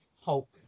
Hulk